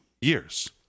years